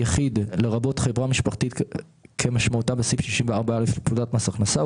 "יחיד" - לרבות חברה משפחתית כמשמעותה בסעיף 64א לפקודת מס הכנסה,